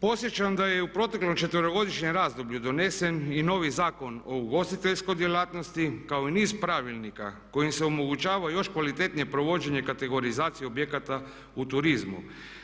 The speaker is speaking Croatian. Podsjećam da je u proteklom 4.-godišnjem razdoblju donesen i novi Zakon o ugostiteljskoj djelatnosti kao i niz pravilnika kojim se omogućava još kvalitetnije provođenje kategorizacije objekata u turizmu